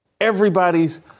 Everybody's